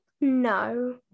No